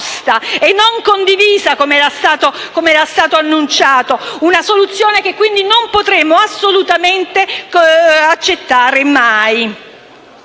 e non condivisa, come era stato annunciato; una soluzione che quindi non potremo assolutamente mai accettare.